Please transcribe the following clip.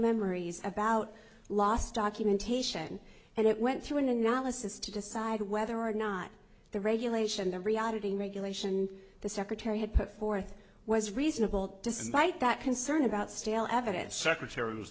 memories about loss documentation and it went through an analysis to decide whether or not the regulation the reality regulation the secretary had put forth was reasonable despite that concern about stale evidence secretar